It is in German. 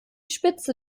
spitze